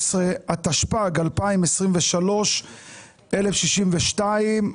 17), התשפ"ג-2023 (מ/1623).